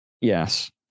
yes